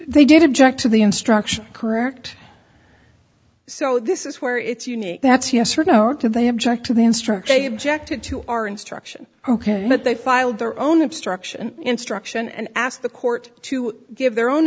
they did object to the instruction correct so this is where it's unique that's yes or no or do they object to the instructor a objected to our instruction ok but they filed their own obstruction instruction and asked the court to give their own